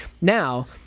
Now